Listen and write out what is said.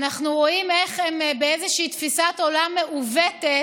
אנחנו רואים איך הם, באיזושהי תפיסת עולם מעוותת,